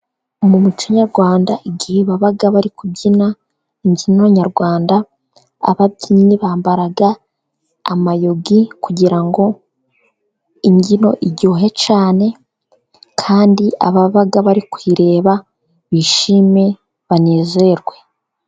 Mu muco nyarwanda igihe baba bari kubyina imbyino nyarwanda, ababyinnyi bambara amayugi, kugira ngo imbyino iryohe cyane, kandi ababa bari kuyireba bishime, banezerwe.